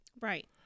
Right